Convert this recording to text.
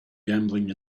gambling